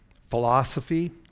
philosophy